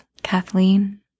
Kathleen